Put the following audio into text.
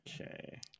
Okay